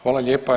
Hvala lijepa.